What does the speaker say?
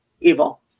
evil